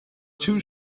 two